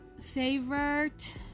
favorite